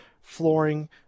flooring